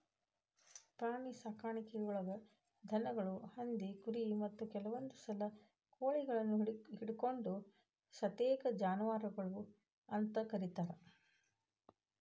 ಪ್ರಾಣಿಸಾಕಾಣಿಕೆಯೊಳಗ ದನಗಳು, ಹಂದಿ, ಕುರಿ, ಮತ್ತ ಕೆಲವಂದುಸಲ ಕೋಳಿಗಳನ್ನು ಹಿಡಕೊಂಡ ಸತೇಕ ಜಾನುವಾರಗಳು ಅಂತ ಕರೇತಾರ